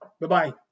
Bye-bye